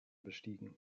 bestiegen